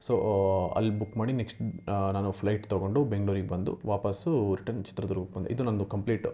so ಅಲ್ಲಿ book ಮಾಡಿ next ನಾನು ಫ್ಲೈಟ್ ತೊಗೊಂಡು ಬೆಂಗ್ಳೂರಿಗೆ ಬಂದು ವಾಪಸ್ಸು ರಿಟನ್ ಚಿತ್ರದುರ್ಗಕ್ಕೆ ಬಂದೆ ಇದು ನನ್ನದು ಕಂಪ್ಲೀಟ್